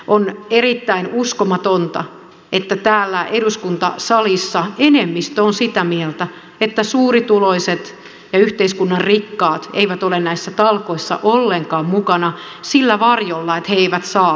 on erittäin uskomatonta että täällä eduskuntasalissa enemmistö on sitä mieltä että suurituloiset ja yhteiskunnan rikkaat eivät ole näissä talkoissa ollenkaan mukana sillä varjolla että he eivät saa sosiaalietuuksia